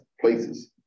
places